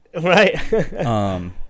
Right